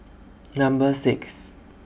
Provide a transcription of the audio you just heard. Number six